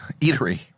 eatery